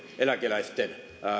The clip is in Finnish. eläkeläisten